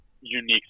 unique